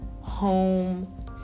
home